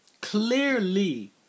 clearly